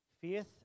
Faith